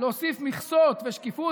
להוסיף מכסות ושקיפות.